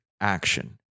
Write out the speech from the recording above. action